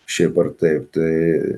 šiaip ar taip tai